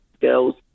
girls